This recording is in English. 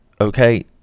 Okay